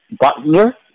butler